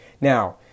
Now